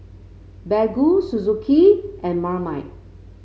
Baggu Suzuki and Marmite